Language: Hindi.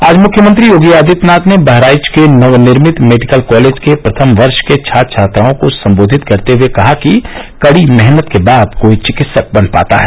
आज मुख्यमंत्री योगी आदित्यनाथ ने बहराइच के नव निर्मित मेडिकल कालेज के प्रथम वर्ष के छात्र छात्राओं को संबोधित ंकरते हुए कहा कि कड़ी मेहनत के बाद कोई चिकित्सक बन पाता है